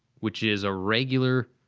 which is a regular,